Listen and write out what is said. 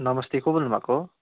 नमस्ते को बोल्नु भएको